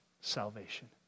salvation